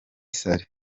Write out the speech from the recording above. saleh